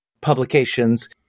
publications